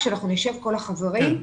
כשנשב עם כל החברים.